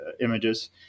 images